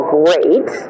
great